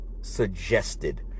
Suggested